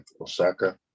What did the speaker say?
osaka